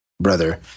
brother